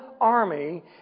army